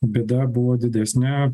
bėda buvo didesnė